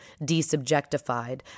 desubjectified